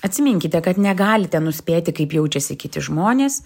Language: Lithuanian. atsiminkite kad negalite nuspėti kaip jaučiasi kiti žmonės